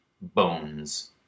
Bones